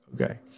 Okay